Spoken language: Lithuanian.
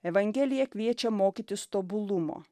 evangelija kviečia mokytis tobulumo